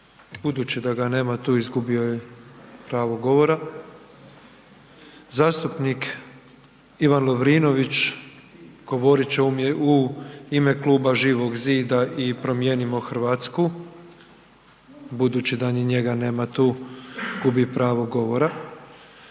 Budući da ga nema tu, izgubio je pravo govora. Zastupnik Ivan Lovrinović govorit će u ime Kluba Živog zida i Promijenimo Hrvatsku. Budući da ni njega nema tu, gubi pravo govora.